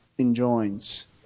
enjoins